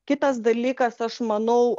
kitas dalykas aš manau